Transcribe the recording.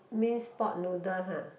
minced pork noodle [huh]